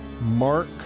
Mark